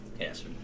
Yes